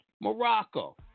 Morocco